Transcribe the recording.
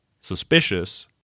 suspicious